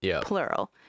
plural